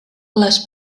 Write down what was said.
les